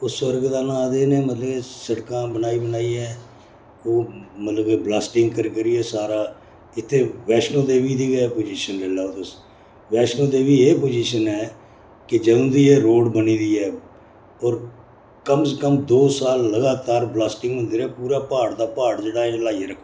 उस सुर्ग दे नांऽ ते इ'नें मतलब कि सिड़कां बनाई बनाइयै मतलब कि ब्लासटिंग करी करियै सारा इत्थै बैश्नो देवी जी दी गै पोजिशन लेई लैओ तुस बैश्नो देवी एह् पोजिशन ऐ के जदूं एह् रोड़ बनी दी ऐ होर कम से कम दो साल लगातार ब्लास्टिंग होंदी रेही ऐ पूरा प्हाड़ दा प्हाड़ जेह्ड़ा ऐ इ'नें ल्हाइयै रक्खी ओड़े दा